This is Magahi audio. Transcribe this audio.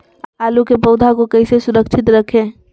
आलू के पौधा को कैसे सुरक्षित रखें?